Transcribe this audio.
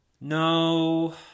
No